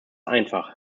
einfach